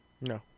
No